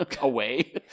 away